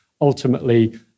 Ultimately